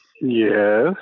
Yes